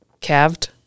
calved